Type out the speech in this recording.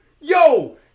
Yo